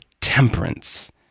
temperance